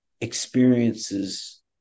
experiences